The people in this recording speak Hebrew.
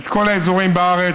את כל האזורים בארץ.